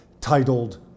titled